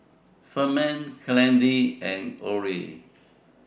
Ferman Kennedy and Orie